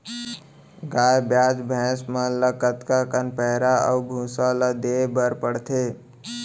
गाय ब्याज भैसा मन ल कतका कन पैरा अऊ भूसा ल देये बर पढ़थे?